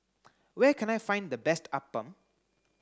where can I find the best Appam